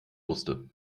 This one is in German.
musste